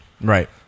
Right